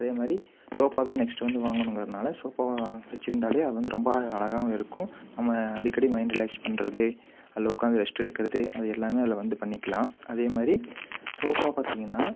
அதே மாதிரி சோஃபா தான் நெஸ்ட் வந்து வாங்கணுங்கிறதுனால சோஃபா வச்சு இருந்தாலே அது வந்து ரொம்ப அழகாகவும் இருக்கும் நம்ம அடிக்கடி மைண்ட் ரிலாக்ஸ் பண்ணுறது அதில் உட்காந்து ரெஸ்ட் எடுக்கிறது அது எல்லாமே அதில் வந்து பண்ணிக்கலாம் அதே மாதிரி சோஃபா பார்த்திங்கனா